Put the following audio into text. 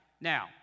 Now